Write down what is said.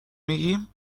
میگیم